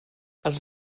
els